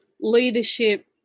leadership